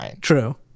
True